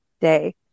Day